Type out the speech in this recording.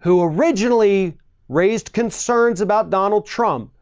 who originally raised concerns about donald trump,